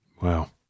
Wow